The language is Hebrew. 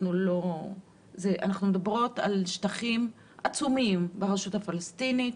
אנחנו מדברות על שטחים עצומים ברשות הפלסטינית,